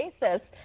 basis